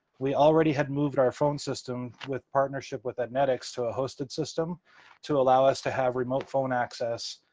we already had moved our phone system with partnership with ednetics to a hosted system to allow us to have remote phone access